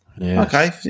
Okay